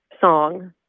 song